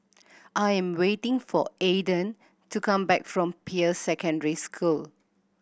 I am waiting for Aedan to come back from Peirce Secondary School